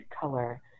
color